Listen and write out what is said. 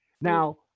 Now